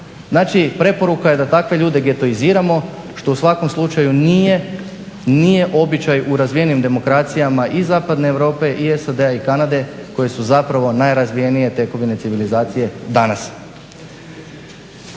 Znači preporuka je da takve ljude getoiziramo, što u svakom slučaju nije, nije običaj u razvijenim demokracijama i zapadne Europe, i SAD-a i Kanade koje su zapravo najrazvijenije tekovine civilizacije danas.